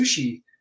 sushi